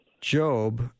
Job